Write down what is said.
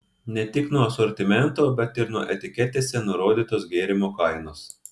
ne tik nuo asortimento bet ir nuo etiketėse nurodytos gėrimo kainos